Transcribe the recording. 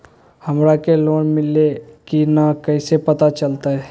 हमरा के लोन मिल्ले की न कैसे पता चलते?